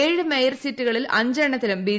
ഏഴ് മേയർ സീറ്റുകളിൽ അഞ്ച് എണ്ണത്തിലും ബി